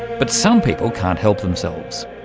but some people can't help themselves.